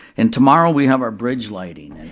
and tomorrow we have our bridge lighting. and